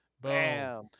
Boom